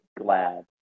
glad